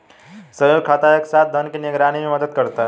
संयुक्त खाता एक साथ धन की निगरानी में मदद करता है